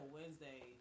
Wednesday